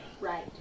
Right